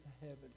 heaven